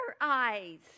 eyes